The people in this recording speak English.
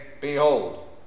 Behold